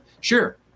Sure